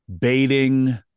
Baiting